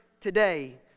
today